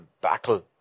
battle